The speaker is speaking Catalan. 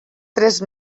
tres